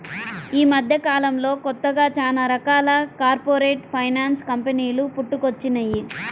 యీ మద్దెకాలంలో కొత్తగా చానా రకాల కార్పొరేట్ ఫైనాన్స్ కంపెనీలు పుట్టుకొచ్చినియ్యి